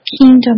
kingdom